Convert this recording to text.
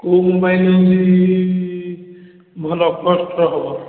କୋଉ ମୋବାଇଲ୍ ଭଲ କଷ୍ଟ୍ ର ହେବ